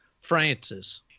Francis